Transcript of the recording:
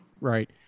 right